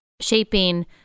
shaping